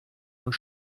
und